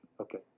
Okay